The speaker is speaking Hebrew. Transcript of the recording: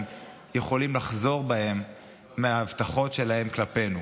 יכולים לחזור בהם מההבטחות שלהם כלפינו.